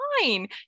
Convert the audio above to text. fine